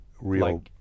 real